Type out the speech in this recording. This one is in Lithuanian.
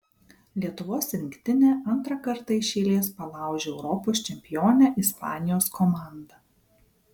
lietuvos rinktinė antrą kartą iš eilės palaužė europos čempionę ispanijos komandą